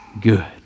good